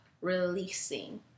releasing